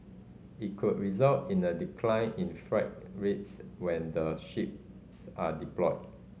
it could result in a decline in freight rates when the ships are deployed